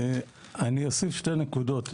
אני אוסיף שתי נקודות,